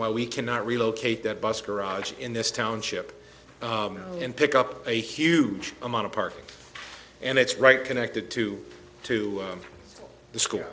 why we cannot relocate that bus garage in this township and pick up a huge amount of parking and it's right connected to to the school